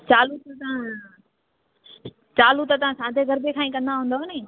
चालूं त तव्हां चालू त तव्हां सादे गरभे खां ई करंदा हूंदवनि